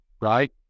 right